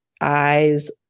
eyes